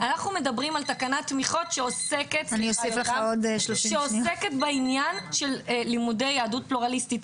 אנחנו מדברים על תקנת תמיכות שעוסקת בעניין של לימודי יהדות פלורליסטית,